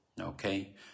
okay